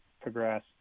progress